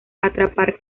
atrapar